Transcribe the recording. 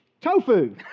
Tofu